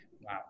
wow